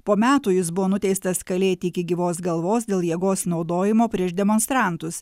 po metų jis buvo nuteistas kalėti iki gyvos galvos dėl jėgos naudojimo prieš demonstrantus